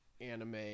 anime